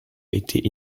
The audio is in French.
était